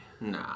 Nah